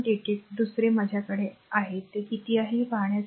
88 दुसरे माझ्याकडे आहे ते किती आहे हे पाहण्यासाठी